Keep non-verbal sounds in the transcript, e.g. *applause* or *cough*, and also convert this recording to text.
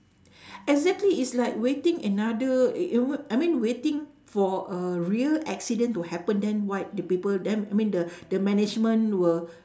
*breath* exactly is like waiting another you know I mean waiting for a real accident to happen then write the paper them I mean the *breath* the management will